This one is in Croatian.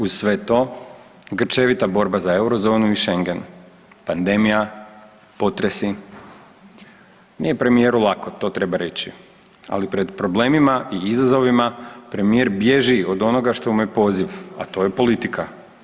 Uz sve to grčevita borba za Eurozonu i Schengen, pandemija, potresi, nije premijeru lako to treba reći, ali pred problemima i izazovima premijer bježi od onoga što mu je poziv, a to je politika.